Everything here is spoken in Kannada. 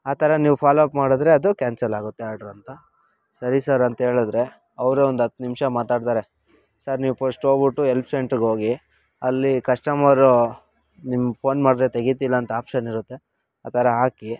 ಆ ಥರ ನೀವು ಫಾಲೋ ಅಪ್ ಮಾಡಿದ್ರೆ ಅದು ಕ್ಯಾನ್ಸಲ್ ಆಗುತ್ತೆ ಆರ್ಡ್ರು ಅಂತ ಸರಿ ಸರ್ ಅಂತೇಳದ್ರೆ ಅವರು ಒಂದು ಹತ್ತು ನಿಮಿಷ ಮಾತಾಡ್ತಾರೆ ಸರ್ ನೀವು ಪಶ್ಟ್ ಹೋಗ್ಬಿಟ್ಟು ಎಲ್ಪ್ ಸೆಂಟ್ರ್ಗೋಗಿ ಅಲ್ಲಿ ಕಶ್ಟಮರು ನಿಮ್ಮ ಫೋನ್ ಮಾಡ್ದ್ರೆ ತೆಗಿತಿಲ್ಲ ಅಂತ ಆಪ್ಷನ್ನಿರುತ್ತೆ ಆ ಥರ ಹಾಕಿ